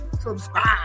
Subscribe